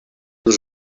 les